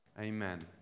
Amen